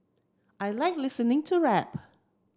I like listening to rap